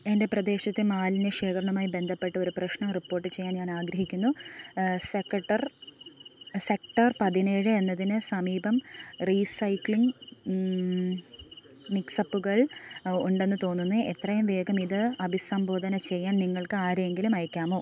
എൻ്റെ പ്രദേശത്തെ മാലിന്യ ശേഖരണവുമായി ബന്ധപ്പെട്ട് ഒരു പ്രശ്നം റിപ്പോർട്ട് ചെയ്യാൻ ഞാൻ ആഗ്രഹിക്കുന്നു സെക്ടർ പതിനേഴ് എന്നതിന് സമീപം റീസൈക്ലിംഗ് മിക്സപ്പുകൾ ഉണ്ടെന്ന് തോന്നുന്നു എത്രയും വേഗം ഇത് അഭിസംബോധന ചെയ്യാൻ നിങ്ങൾക്ക് ആരെയെങ്കിലും അയയ്ക്കാമോ